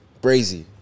brazy